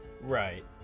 Right